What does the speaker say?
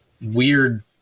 weird